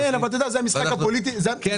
כן, אבל אתה יודע שזה המשחק הפוליטי למעלה.